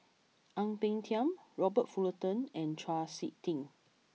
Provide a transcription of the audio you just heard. Ang Peng Tiam Robert Fullerton and Chau Sik Ting